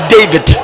David